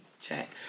check